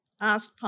asked